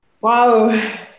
wow